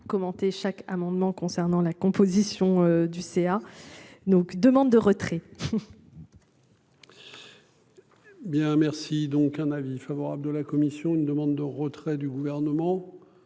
commenter chaque amendement concernant la composition du CA donc demande de retrait.